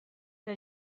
que